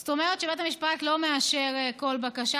זאת אומרת שבית המשפט לא מאשר כל בקשה.